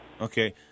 Okay